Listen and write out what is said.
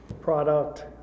product